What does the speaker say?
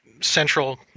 central